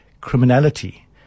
criminality